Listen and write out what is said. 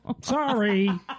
Sorry